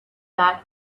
that